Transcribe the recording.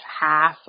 half